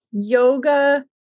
yoga